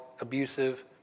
abusive